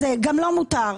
גם לו מותר.